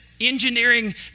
engineering